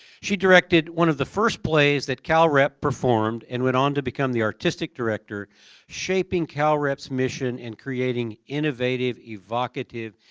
she directed one of the first plays that cal rep performed and went on to become the artistic director shaping cal rep's mission and creating innovative, evocative,